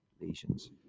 lesions